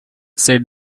said